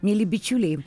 mieli bičiuliai